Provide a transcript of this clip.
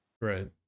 Right